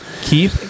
keep